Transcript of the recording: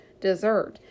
Dessert